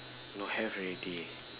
no have already